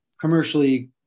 commercially